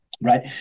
right